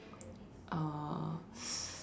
uh